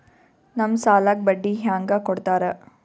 ನಮ್ ಸಾಲಕ್ ಬಡ್ಡಿ ಹ್ಯಾಂಗ ಕೊಡ್ತಾರ?